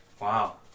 Wow